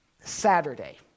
Saturday